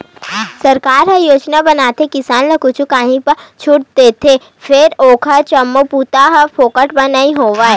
सरकार ह योजना बनाके किसान ल कुछु काही बर छूट देथे फेर ओखर जम्मो बूता ह फोकट म नइ होवय